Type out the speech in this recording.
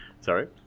Sorry